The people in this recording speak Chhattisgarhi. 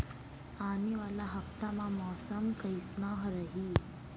आने वाला हफ्ता मा मौसम कइसना रही?